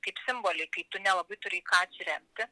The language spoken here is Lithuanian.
kaip simboliai kai tu nelabai turi į ką atsiremti